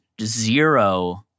zero